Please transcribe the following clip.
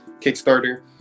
Kickstarter